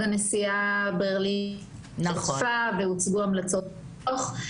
הנשיאה ברלינר השתתפה והוצגו המלצות הדוח.